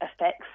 effects